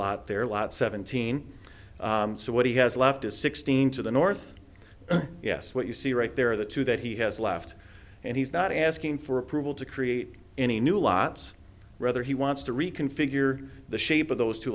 lot their lot seventeen so what he has left is sixteen to the north yes what you see right there are the two that he has left and he's not asking for approval to create any new lots rather he wants to reconfigure the shape of those two